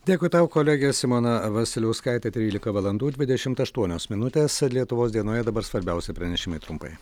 dėkui tau kolegė simona vasiliauskaitė trylika valandų dvidešimt aštuonios minutės lietuvos dienoje dabar svarbiausi pranešimai trumpai